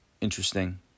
interesting